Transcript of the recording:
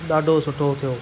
ॾाढो सुठो थियो